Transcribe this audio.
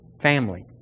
family